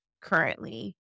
currently